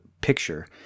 picture